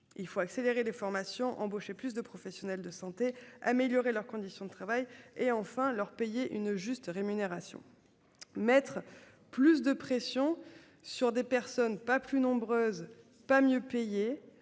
Il faut accélérer les formations embaucher plus de professionnels de santé améliorer leurs conditions de travail et enfin leur payer une juste rémunération. Mettre plus de pression sur des personnes pas plus nombreuses pas mieux payé